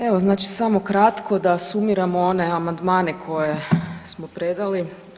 Evo znači samo kratko da sumiramo one amandmane koje smo predali.